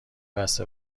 بسته